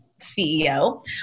CEO